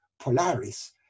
Polaris